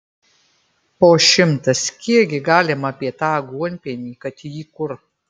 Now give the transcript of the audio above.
po šimtas kiekgi galima apie tą aguonpienį kad jį kur